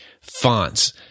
fonts